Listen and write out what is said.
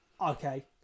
Okay